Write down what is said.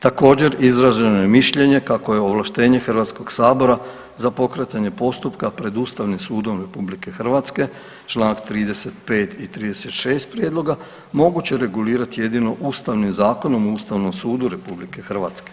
Također, izraženo je mišljenje kako je ovlaštenje Hrvatskog sabora za pokretanje postupka pred Ustavnim sudom RH, Članak 35. i 36. prijedloga moguće regulirati jedino Ustavnim zakonom u Ustavnom sudu RH.